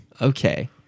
Okay